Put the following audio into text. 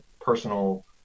personal